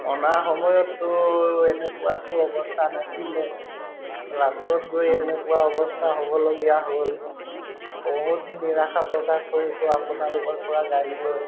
অনা সময়ততো এনেকুৱাতটো অৱস্থা নাছিলে লাষ্টত গৈ এনেকুৱা অৱস্থা হ'বলগীয়া হ'ল বহুত নিৰাশা প্ৰকাশ কৰিছোঁ আপোনালোকৰপৰা গাড়ী লৈ